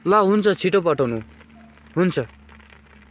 ल हुन्छ छिटो पठाउनु हुन्छ